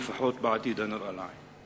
לפחות בעתיד הנראה לעין.